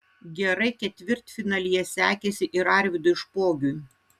gerai ketvirtfinalyje sekėsi ir arvydui špogiui